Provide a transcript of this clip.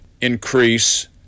increase